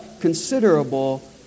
considerable